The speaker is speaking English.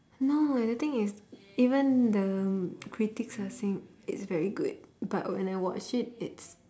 no the thing is even the critics are saying it's very good but when I watch it it's